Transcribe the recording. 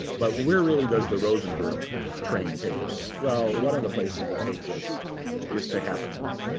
but where really does the rosenburg train take us? well, one of the places it takes us is to happenings.